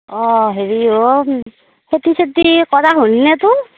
অঁ হেৰি অঁ খেতি চেতি কৰা হ'ল নে তোৰ